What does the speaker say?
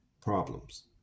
problems